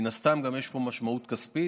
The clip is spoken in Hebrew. מן הסתם גם יש פה משמעות כספית,